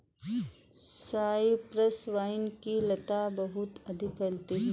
Cyprus wine की लता बहुत अधिक फैलती है